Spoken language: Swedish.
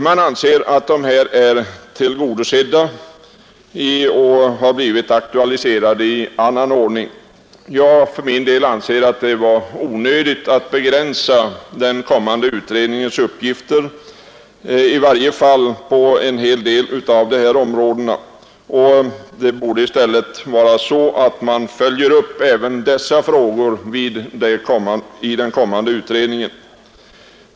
Man framhåller att kraven beträffande utredning av dessa frågor är tillgodosedda eller blivit aktualiserade i annan ordning. För min del anser jag att det var onödigt att begränsa den kommande utredningens uppgifter, i varje fall på en hel del av dessa områden. Man borde i stället låta även dessa frågor följas upp i den kommande utredningen.